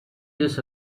years